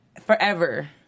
forever